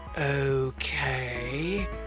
Okay